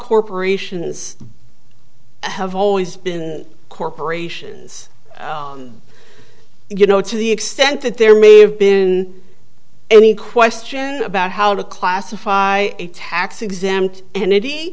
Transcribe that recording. corporations have always been corporations and you know to the extent that there may have been any question about how to classify a tax exempt